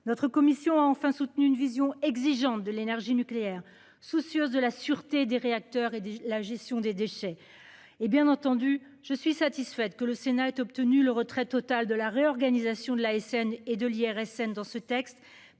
notre commission enfin soutenu une vision exigeante de l'énergie nucléaire. Soucieuse de la sûreté des réacteurs et la gestion des déchets. Et bien entendu je suis satisfaite que le Sénat est obtenu le retrait total de la réorganisation de l'ASN et de l'IRSN dans ce texte